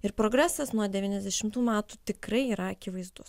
ir progresas nuo devyniasdešimtų metų tikrai yra akivaizdus